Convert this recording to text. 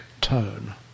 tone